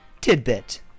tidbit